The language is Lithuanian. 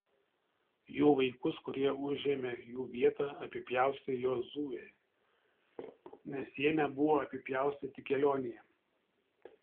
jų vaikus kurie užėmė jų vietą apipjaustė jozuė nes jie nebuvo apipjaustyti kelionėje